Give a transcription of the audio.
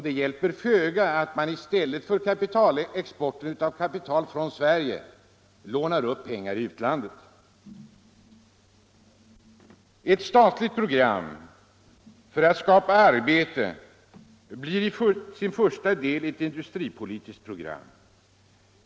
Det hjälper föga att man i stället för export av kapital från Sverige lånar upp pengar i utlandet. Ett statligt program för att skapa arbete blir till sin första del ett industripolitiskt program.